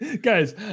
Guys